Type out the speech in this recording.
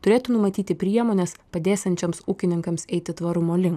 turėtų numatyti priemones padėsiančioms ūkininkams eiti tvarumo link